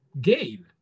gain